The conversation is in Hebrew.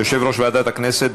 יושב-ראש ועדת הכנסת.